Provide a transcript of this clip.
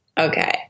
Okay